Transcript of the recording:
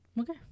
Okay